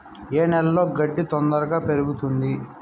ఏ నేలలో గడ్డి తొందరగా పెరుగుతుంది